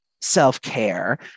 self-care